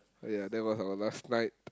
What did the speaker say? ya that was our last night